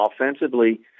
offensively